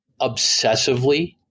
obsessively